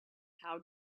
how